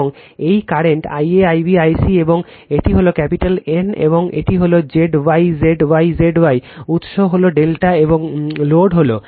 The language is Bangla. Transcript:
এবং এই current I a Ib I c এবং এটি হল ক্যাপিটাল N এবং এটি হল Zy Zy Zy উৎস হল ∆ এবং লোড হল